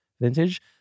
vintage